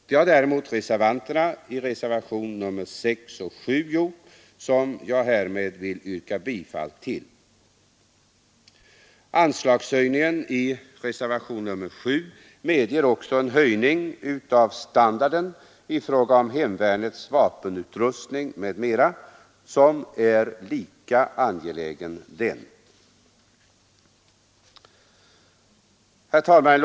Det har däremot reservanterna gjort i reservationerna 6 och 7, som jag yrkar bifall till. Anslagshöjningen i reservation 7 medger också en höjning av standarden i fråga om hemvärnets vapenutrustning m.m., som är lika angelägen den. Herr talman!